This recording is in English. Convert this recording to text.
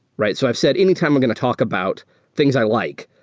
right? so i've said anytime i'm going to talk about things i like,